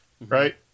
right